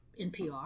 NPR